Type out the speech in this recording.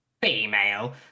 female